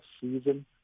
season